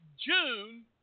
June